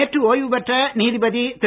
நேற்று ஓய்வு பெற்ற நீதிபதி திரு